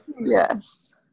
Yes